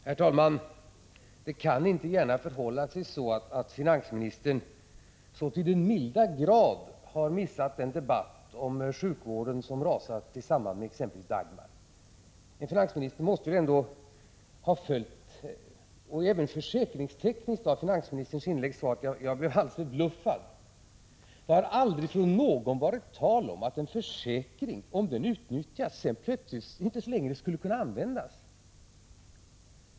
Herr talman! Det kan inte gärna förhålla sig på ett sådant sätt att finansministern så till den milda grad har missat den debatt om sjukvården som har rasat i samband med t.ex. Dagmar. Finansministern måste ju ändå ha följt debatten. Men även beträffande det försäkringstekniska gjorde finansministerns inlägg mig alldeles förbluffad. Det har aldrig från någon varit tal om att en försäkring, om den utnyttjas, plötsligt inte längre skulle kunna användas.